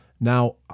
now